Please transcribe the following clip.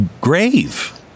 grave